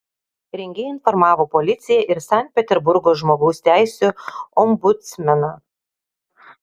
rengėjai informavo policiją ir sankt peterburgo žmogaus teisių ombudsmeną